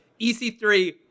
EC3